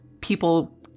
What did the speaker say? people